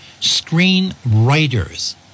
screenwriters